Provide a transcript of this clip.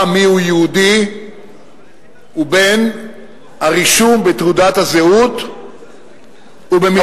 מיהו יהודי ובין הרישום בתעודת הזהות ובמסמכים,